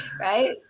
Right